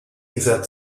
dieser